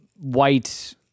white